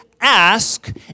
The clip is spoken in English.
ask